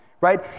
right